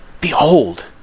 behold